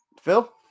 Phil